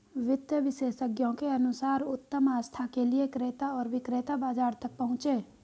वित्त विशेषज्ञों के अनुसार उत्तम आस्था के लिए क्रेता और विक्रेता बाजार तक पहुंचे